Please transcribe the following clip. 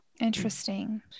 Interesting